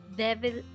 devil